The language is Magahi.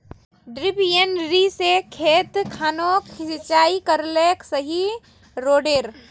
डिरिपयंऋ से खेत खानोक सिंचाई करले सही रोडेर?